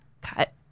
Cut